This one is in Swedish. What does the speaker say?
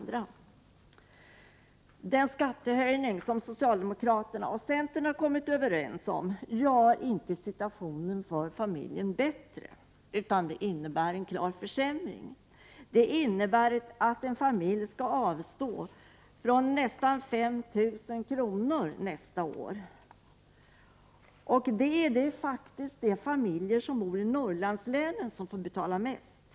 Den skattehöjning som socialdemokraterna och centern har kommit överens om gör inte situationen för familjerna bättre, utan den innebär en klar försämring. Förslaget innebär att en familj skall avstå från nästan 5 000 kr. nästa år. Det är faktiskt de familjer som bor i Norrlandslänen som får betala mest.